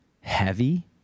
heavy